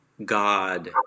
God